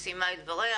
הזה סיימת את דבריך,